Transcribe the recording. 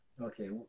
okay